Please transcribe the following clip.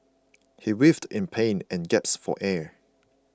he writhed in pain and gasped for air